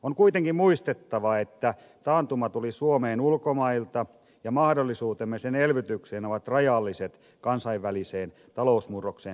on kuitenkin muistettava että taantuma tuli suomeen ulkomailta ja mahdollisuutemme sen elvytykseen ovat rajalliset kansainväliseen talousmurrokseen suhteutettuna